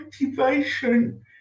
motivation